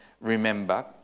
remember